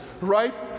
right